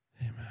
Amen